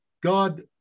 God